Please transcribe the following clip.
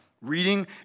Reading